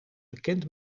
bekend